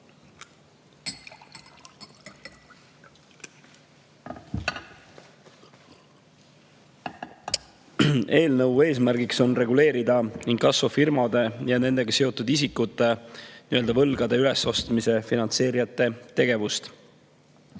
Eelnõu eesmärk on reguleerida inkassofirmade ja nendega seotud isikute, võlgade ülesostmise finantseerijate tegevust.